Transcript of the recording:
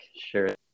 sure